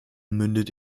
mündet